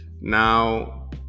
Now